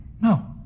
No